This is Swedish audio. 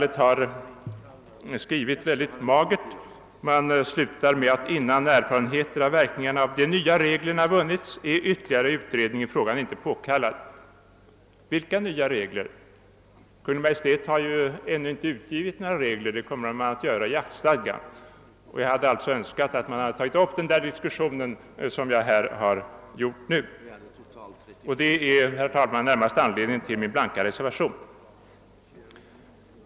Det slutar sitt yttrande över motionerna med orden: »Innan erfarenheter av verkningarna av de nya reglerna vunnits är ytterligare utredning i frågan inte påkallad.» Vilka nya regler? Kungl. Maj:t har ännu inte utfärdat några regler; det kommer att göras genom särskilt förordnande. Jag hade alltså önskat att utskottet hade tagit upp dessa frågor till diskussion. Detta, herr talman, är den närmaste anledningen till min blanka reservation.